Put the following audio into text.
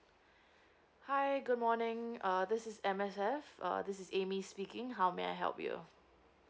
hi good morning uh this is M_S_F this is amy speaking how may I help you